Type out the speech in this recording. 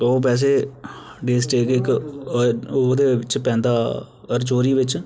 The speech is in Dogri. ओह् वैसे डिस्ट्रिक्ट ओहदे च पैंदा रजौरी बिच्च